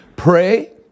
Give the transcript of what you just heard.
Pray